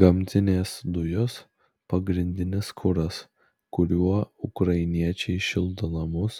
gamtinės dujos pagrindinis kuras kuriuo ukrainiečiai šildo namus